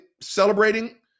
celebrating